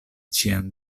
ĉiam